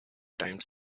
times